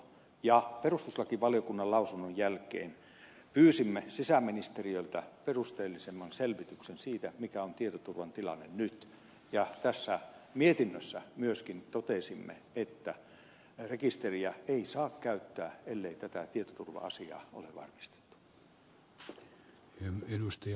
ja perustuslakivaliokunnan lausunnon jälkeen pyysimme sisäministeriöltä perusteellisemman selvityksen siitä mikä on tietoturvan tilanne nyt ja tässä mietinnössä myöskin totesimme että rekisteriä ei saa käyttää ellei tätä tietoturva asiaa ole varmistettu